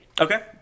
Okay